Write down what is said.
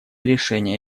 решения